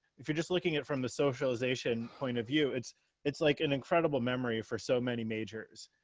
if you're just looking at from the socialization point of view, it's it's like an incredible memory for so many majors,